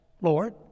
Lord